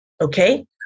okay